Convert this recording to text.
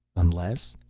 unless?